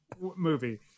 movie